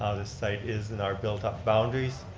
ah the site is in our built-up boundaries.